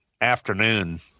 afternoon